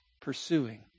pursuing